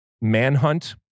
Manhunt